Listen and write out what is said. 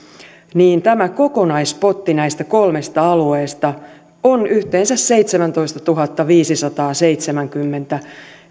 tämä kokonaispotti näistä kolmesta alueesta on yhteensä seitsemäntoistatuhattaviisisataaseitsemänkymmentä